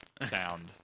sound